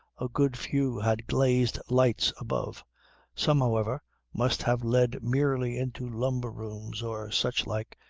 a good few had glazed lights above some however must have led merely into lumber rooms or such like,